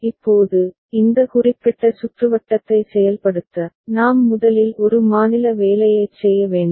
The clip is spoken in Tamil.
இப்போது இந்த குறிப்பிட்ட சுற்றுவட்டத்தை செயல்படுத்த நாம் முதலில் ஒரு மாநில வேலையைச் செய்ய வேண்டும்